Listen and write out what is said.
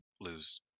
lose